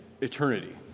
eternity